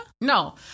No